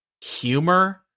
humor